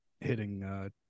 hitting